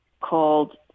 called